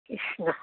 Krishna